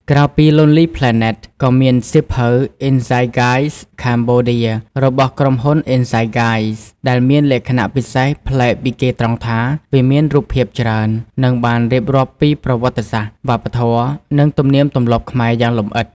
ក្រៅពី Lonely Planet ក៏មានសៀវភៅ Insight Guides Cambodia របស់ក្រុមហ៊ុន Insight Guides ដែលមានលក្ខណៈពិសេសប្លែកពីគេត្រង់ថា វាមានរូបភាពច្រើន និងបានរៀបរាប់ពីប្រវត្តិសាស្ត្រ វប្បធម៌ និងទំនៀមទម្លាប់ខ្មែរយ៉ាងលម្អិត។